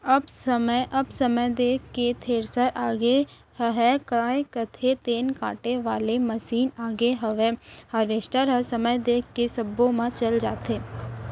अब समय देख के थेरेसर आगे हयय, काय कथें तेन काटे वाले मसीन आगे हवय हारवेस्टर ह समय देख के सब्बो म चल जाथे